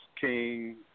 king